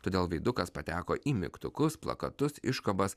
todėl veidukas pateko į mygtukus plakatus iškabas